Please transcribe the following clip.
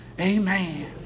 amen